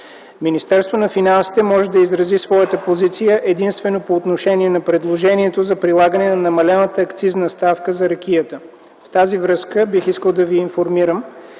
Министерството на финансите може да изрази своята позиция единствено по отношение на предложението за прилагане на намалената акцизна ставка за ракията. В тази връзка бих искал да Ви информирам,